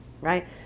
right